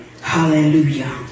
Hallelujah